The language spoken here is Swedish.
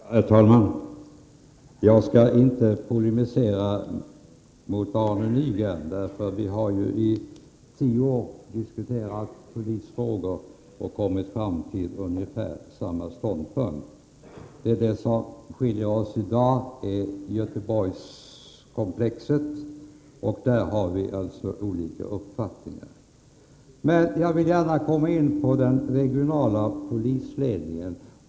Herr talman! Jag skall inte polemisera mot Arne Nygren. Vi har i tio år diskuterat polisfrågor och kommit fram till ungefär samma ståndpunkt. Det som skiljer oss i dag är Göteborgskomplexet. Där har vi alltså olika uppfattningar. Men jag vill gärna komma in på frågan om den regionala polisledningen.